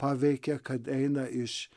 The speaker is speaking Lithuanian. paveikė kad eina iš